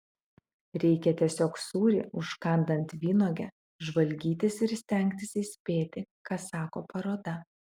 reikia tiesiog sūrį užkandant vynuoge žvalgytis ir stengtis įspėti ką sako paroda